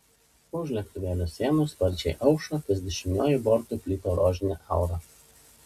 už lėktuvėlio sienų sparčiai aušo ties dešiniuoju bortu plito rožinė aura